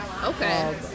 Okay